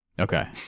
Okay